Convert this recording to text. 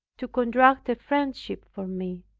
to contract a friendship for me.